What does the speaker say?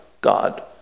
God